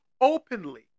openly